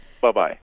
Bye-bye